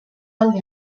alde